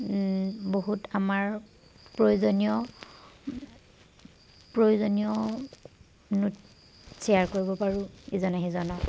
বহুত আমাৰ প্ৰয়োজনীয় প্ৰয়োজনীয় নোট শ্বেয়াৰ কৰিব পাৰোঁ ইজনে সিজনৰ